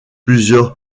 plusieurs